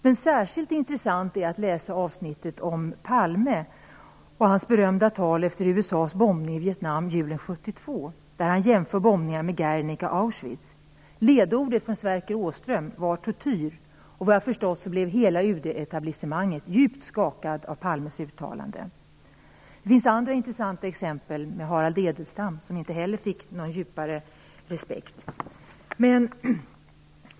Men särskilt intressant är att läsa avsnittet om Palme och hans berömda tal efter USA:s bombning i Vietnam julen 1972, där han jämför bombningarna med Guernica och Auschwitz. Ledordet från Sverker Åström var tortyr. Vad jag har förstått blev hela UD-etablissemanget djupt skakat av Det finns andra intressanta exempel, t.ex. Harald Edelstam, som inte heller fick någon djupare respekt.